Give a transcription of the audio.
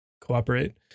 cooperate